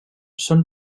són